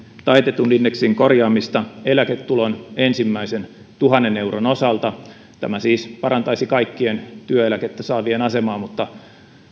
taitetun indeksin korjaamista eläketulon ensimmäisen tuhannen euron osalta tämä siis parantaisi kaikkien työeläkettä saavien asemaa mutta